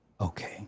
okay